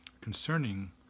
concerning